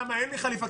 אין לי חליפה,